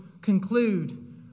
conclude